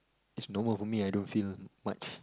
is normal for me I don't feel much